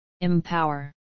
Empower